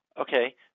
okay